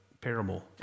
parable